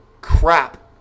crap